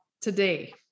today